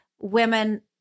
women